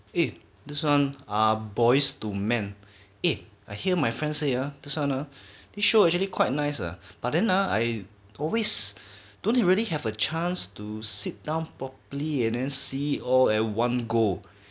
eh this one ah boys to men eh I hear my friends say ah this one ah this show actually quite nice uh but then uh I always don't really have a chance to sit down properly and then see all at one go